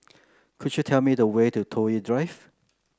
could you tell me the way to Toh Yi Drive